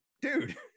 Dude